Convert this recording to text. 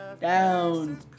down